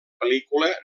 pel·lícula